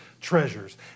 treasures